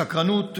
סקרנות,